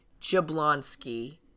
Jablonski